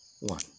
one